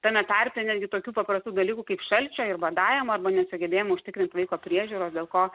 tame tarpe netgi tokių paprastų dalykų kaip šalčio ir badavimo arba nesugebėjimo užtikrint vaiko priežiūros dėl ko